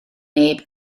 neb